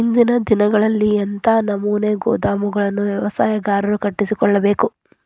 ಇಂದಿನ ದಿನಗಳಲ್ಲಿ ಎಂಥ ನಮೂನೆ ಗೋದಾಮುಗಳನ್ನು ವ್ಯವಸಾಯಗಾರರು ಕಟ್ಟಿಸಿಕೊಳ್ಳಬೇಕು?